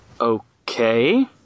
Okay